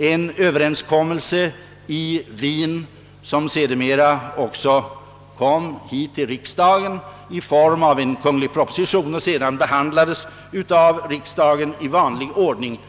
en överenskommelse vilken sedermera hamnade på riksdagens bord i form av en kunglig proposition och behandlades av riksdagen i vanlig ordning.